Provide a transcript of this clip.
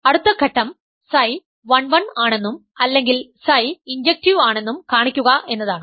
അടുത്ത ഘട്ടം Ψ 1 1 ആണെന്നും അല്ലെങ്കിൽ Ψ ഇൻജെക്ടിവ് ആണെന്നും കാണിക്കുക എന്നതാണ്